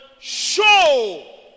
show